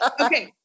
Okay